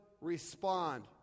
respond